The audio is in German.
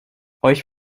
euch